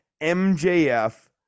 MJF